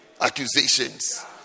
accusations